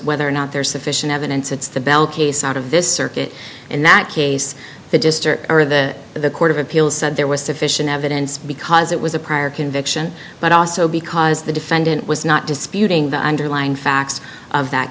whether or not there's sufficient evidence it's the bell case out of this circuit and that case just or the the court of appeals said there was sufficient evidence because it was a prior conviction but also because the defendant was not disputing the underlying facts of that